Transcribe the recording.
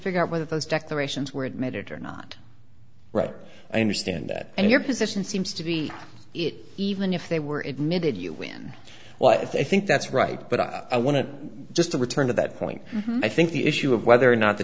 figure out whether those declarations were admitted are not right i understand that and your position seems to be it even if they were admitted you win well i think that's right but i wanted just to return to that point i think the issue of whether or not the